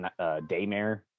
daymare